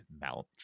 mount